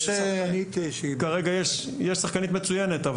כרגע יש שחקנית מצוינת,